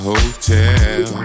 Hotel